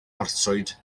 arswyd